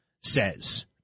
says